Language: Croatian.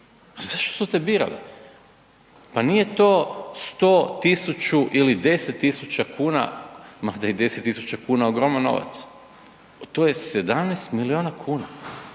Zašto su te birali? Pa nije to 100, tisuću ili 10 tisuća kuna, ma da je i 10 tisuća kuna ogroman novac, to je 17 milijuna kuna.